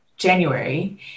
January